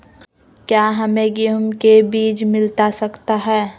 क्या हमे गेंहू के बीज मिलता सकता है?